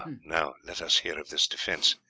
now let us hear of this defence.